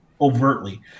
overtly